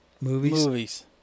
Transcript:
movies